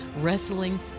wrestling